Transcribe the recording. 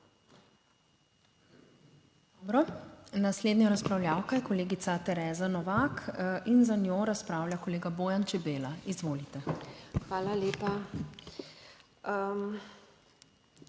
Naslednja razpravljavka je kolegica Tereza Novak in za njo razpravlja kolega Bojan Čebela. Izvolite. **TEREZA